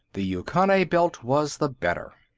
the yucconae belt was the better.